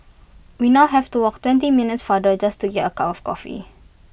we now have to walk twenty minutes farther just to get A cup of coffee